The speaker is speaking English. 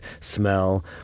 smell